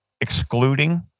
excluding